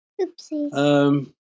Oopsie